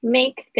Make